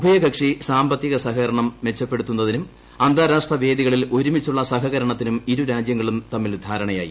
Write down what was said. ഉഭയകക്ഷി സാമ്പ ത്തിക സഹകരണം മെച്ചപ്പെടുത്തുന്നതിനും അന്താരാഷ്ട്ര വേദിക ളിൽ ഒരുമിച്ചുള്ള സഹകരണത്തിനും ഇരുരാജ്യങ്ങളും തമ്മിൽ ധാര ണയായി